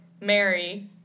Mary